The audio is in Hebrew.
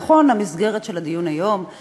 נכון, המסגרת של הדיון היום היא